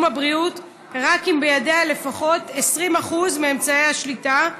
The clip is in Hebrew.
הבריאות רק אם בידיה לפחות 20% מאמצעי השליטה,